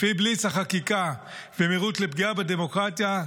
לפי בליץ החקיקה והמרוץ לפגיעה בדמוקרטיה,